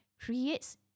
creates